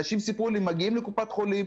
אנשים סיפרו לי: מגיעים לקופת החולים,